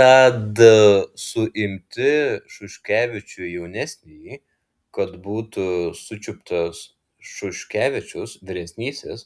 tad suimti šuškevičių jaunesnįjį kad būtų sučiuptas šuškevičius vyresnysis